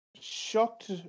shocked